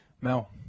Mel